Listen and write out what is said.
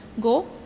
go